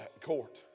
court